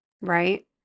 right